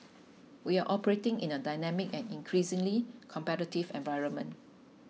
we are operating in a dynamic and increasingly competitive environment